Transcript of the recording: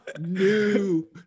new